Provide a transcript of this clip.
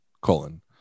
colon